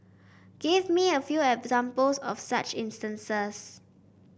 give me a few examples of such instances